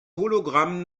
hologramm